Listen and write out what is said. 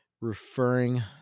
referring